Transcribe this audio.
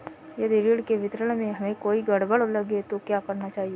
यदि ऋण के विवरण में हमें कोई गड़बड़ लगे तो क्या करना चाहिए?